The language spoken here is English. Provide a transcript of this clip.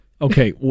Okay